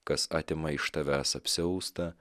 kas atima iš tavęs apsiaustą